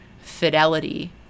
fidelity